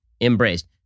embraced